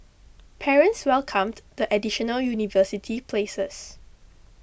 parents welcomed the additional university places